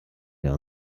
der